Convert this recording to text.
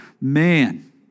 man